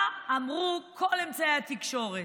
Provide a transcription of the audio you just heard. מה אמרו כל אמצעי התקשורת?